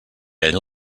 ell